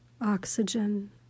oxygen